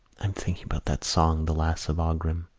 am thinking about that song, the lass of aughrim.